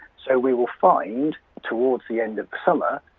so, we will find, towards the end of the summer,